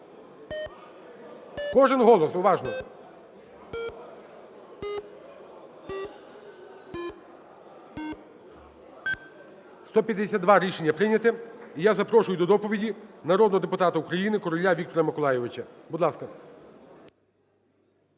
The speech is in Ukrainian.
Кожен голос, уважно. 17:28:22 За-152 Рішення прийняте. І я запрошую до доповіді народного депутата України Короля Віктора Миколайовича. Будь ласка.